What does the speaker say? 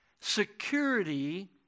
security